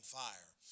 fire